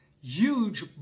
huge